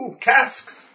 casks